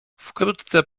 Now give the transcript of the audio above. wkrótce